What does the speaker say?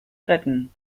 retten